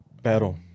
Battle